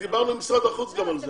דיברנו עם משרד החוץ גם על זה.